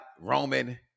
Roman